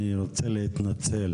אני רוצה להתנצל